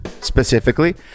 Specifically